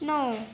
नौ